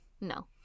no